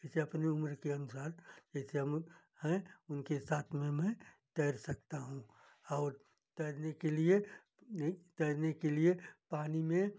जैसे अपने उम्र के अनुसार जैसे हम हैं उनके साथ में मैं तैर सकता हूँ और तैरने के लिए तैरने के लिए पानी में